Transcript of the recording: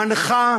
המנחה